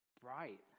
bright